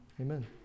Amen